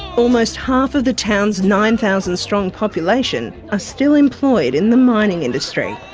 almost half of the town's nine thousand strong population are still employed in the mining industry.